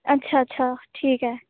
अच्छा अच्छा ठीक ऐ